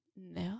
no